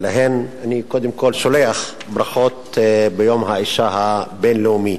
להן אני קודם כול שולח ברכות ביום האשה הבין-לאומי.